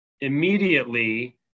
immediately